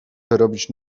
wyrobić